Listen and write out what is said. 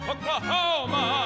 Oklahoma